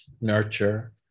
nurture